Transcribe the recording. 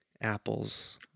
apples